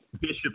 Bishop